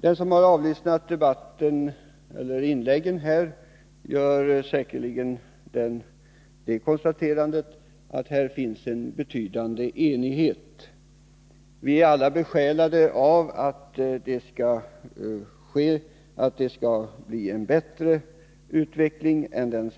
Den som har lyssnat på inläggen i dag gör säkerligen det konstaterandet att det finns en betydande enighet i den här frågan. Vi är alla besjälade av en önskan att det skall bli en bättre utveckling än